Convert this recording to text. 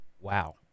Wow